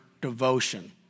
devotion